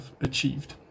achieved